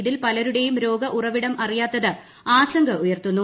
ഇതിൽ പലരുടെയും രോഗ ഉറവിടം അറിയാത്തത് ആശങ്ക ഉയർത്തുന്നു